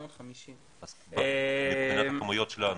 10.85. מבחינת הכמות של האנשים?